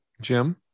Jim